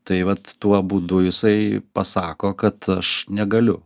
tai vat tuo būdu jisai pasako kad aš negaliu